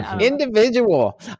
Individual